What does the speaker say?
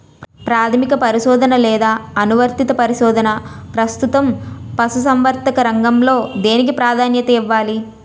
ప్రాథమిక పరిశోధన లేదా అనువర్తిత పరిశోధన? ప్రస్తుతం పశుసంవర్ధక రంగంలో దేనికి ప్రాధాన్యత ఇవ్వాలి?